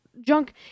junk